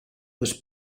was